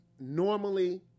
normally